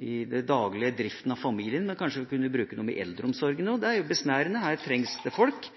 i den daglige driften av familien, men bruke dem i eldreomsorgen også. Det er jo besnærende, her trengs det folk.